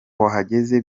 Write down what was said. wahageze